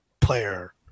player